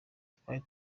twari